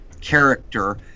character